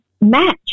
match